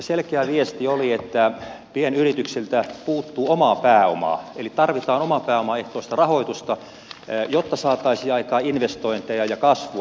selkeä viesti oli että pienyrityksiltä puuttuu omaa pääomaa eli tarvitaan omapääomaehtoista rahoitusta jotta saataisiin aikaan investointeja ja kasvua